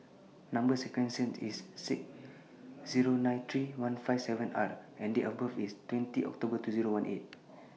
Number sequence IS S six Zero nine three one five seven R and Date of birth IS twenty October two Zero one eight